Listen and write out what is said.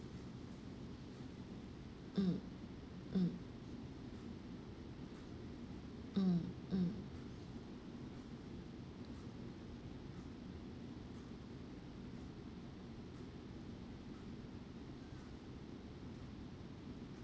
mm mm mm mm